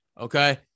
okay